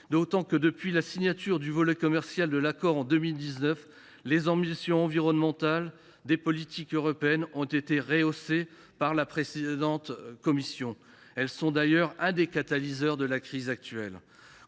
D’autant que, depuis la signature du volet commercial de l’accord en 2019, les ambitions environnementales des politiques européennes ont été rehaussées par la précédente commission. Elles sont d’ailleurs un des catalyseurs de la crise actuelle.